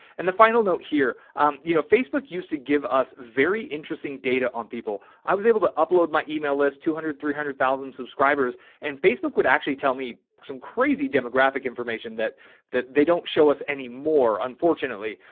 and the final note here, um, you know, facebook used to give us very interesting data on people. i was able to upload my email well is two hundred, three hundred thousand subscribers and facebook would actually tell me some crazy demographic information that that they don't show us any more. unfortunately,